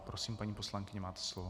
Prosím, paní poslankyně, máte slovo.